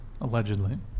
allegedly